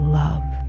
love